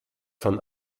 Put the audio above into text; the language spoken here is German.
von